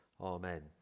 amen